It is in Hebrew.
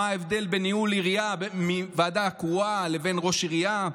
מה ההבדל בין ניהול עירייה על ידי ועדה קרואה לבין ראש עירייה.